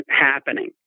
happening